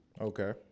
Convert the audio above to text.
Okay